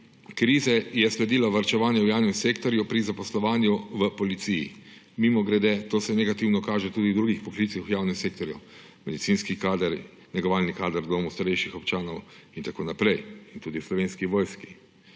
krize je sledilo varčevanje v javnem sektorju pri zaposlovanju v policiji. Mimogrede, to se negativno kaže tudi v drugih poklicih v javnem sektorju, medicinski kader, negovalni kader v domu starejših občanov in tako naprej in tudi v Slovenski vojski.